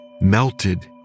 melted